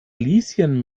lieschen